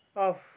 off